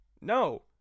No